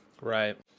Right